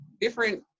different